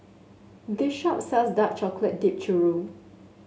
this shop sells Dark Chocolate Dipped Churro